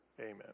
amen